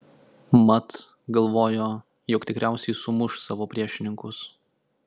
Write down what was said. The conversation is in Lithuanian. mat galvojo jog tikriausiai sumuš savo priešininkus